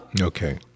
Okay